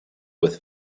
with